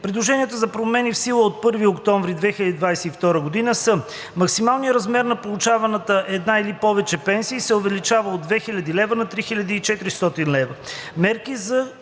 Предложенията за промени в сила от 1 октомври 2022 г. са: - Максималният размер на получаваните една или повече пенсии се увеличава от 2000 лв. на 3400 лв.;